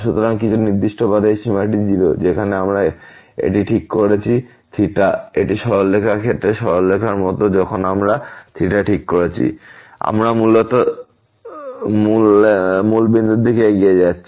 সুতরাং কিছু নির্দিষ্ট পথে এই সীমাটি 0 যেখানে আমরা এটি ঠিক করছি এটি সরলরেখার ক্ষেত্রে সরলরেখার মতো যখন আমরা থিটা ঠিক করছি আমরা মূলত দিকে এগিয়ে যাচ্ছি